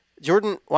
Jordan